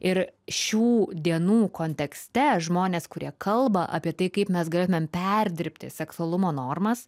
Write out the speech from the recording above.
ir šių dienų kontekste žmonės kurie kalba apie tai kaip mes galėtumėm perdirbti seksualumo normas